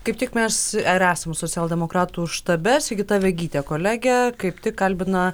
kaip tik mes ir esam socialdemokratų štabe sigita vegytė kolegė kaip tik kalbina